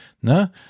Ne